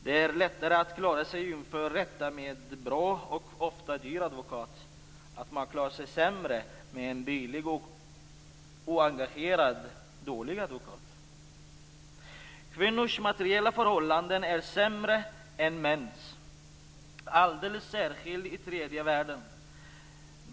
Det är lättare att klara sig inför rätta med bra och ofta dyr advokat. Man klarar sig sämre med en billig, oengagerad och dålig advokat. Kvinnors materiella förhållanden är sämre än mäns, alldeles särskilt i tredje världen.